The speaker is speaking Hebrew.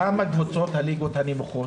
למה קבוצות הליגות הנמוכות,